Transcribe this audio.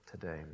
today